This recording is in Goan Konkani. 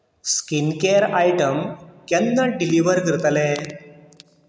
स्किनकॅर आयटम केन्ना डिलिवर करतले